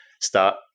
start